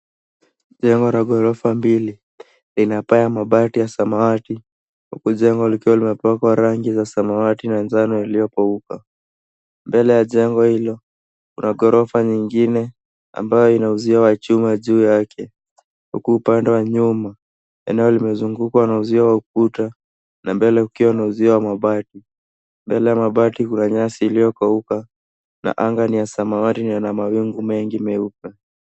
Jengo la ghorofa mbili lina paa ya mabati ya samawati huku jengo likiwa limepakwa rangi za samawati na njano iliyokauka. Mbele ya jengo hilo kuna ghorofa nyingine ambayo ina uzio wa chuma juu yake huku upande wa nyuma eneo limezungukwa na uzio wa ukuta na mbele kukiwa na uzio wa mabati. Mbele ya mabati kuna nyasi iliyokauka na anga ni ya samawati yenye mawingu mwengi meupe.